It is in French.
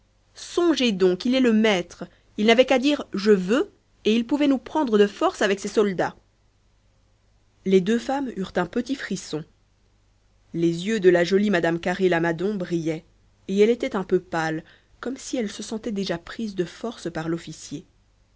songez donc il est le maître il n'avait qu'à dire je veux et il pouvait nous prendre de force avec ses soldats les deux femmes eurent un petit frisson les yeux de la jolie mme carré lamadon brillaient et elle était un peu pâle comme si elle se sentait déjà prise de force par l'officier